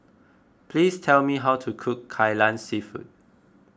please tell me how to cook Kai Lan Seafood